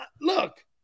Look